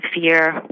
fear